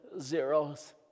zeros